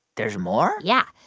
there's more? yeah.